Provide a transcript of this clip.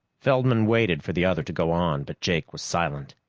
feldman waited for the other to go on, but jake was silent.